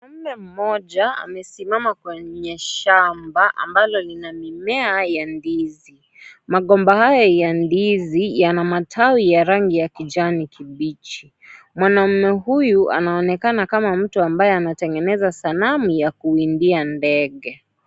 Mwanaume mmoja amesimama kwenye shamba ambalo lina mimea ya ndizi magomba hayo ya ndizi yana matawi ya rangi ya kijani kibichi mwanaume huyu anaonekana kama mtu ambaye anatengeneza sanamu ya kuwindia ndege.